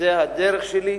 שזו הדרך שלי,